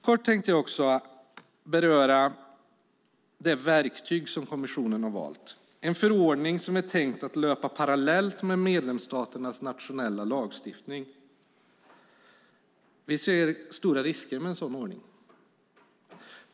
Kort tänkte jag också beröra det verktyg kommissionen har valt. Det är en förordning som är tänkt att löpa parallellt med medlemsstaternas nationella lagstiftning. Vi ser stora risker med en sådan ordning.